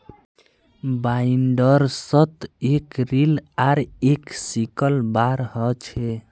बाइंडर्सत एक रील आर एक सिकल बार ह छे